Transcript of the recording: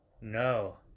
no